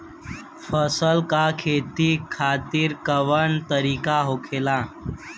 फसल का खेती खातिर कवन तरीका होखेला?